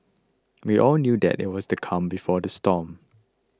we all knew that it was the calm before the storm